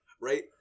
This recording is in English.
right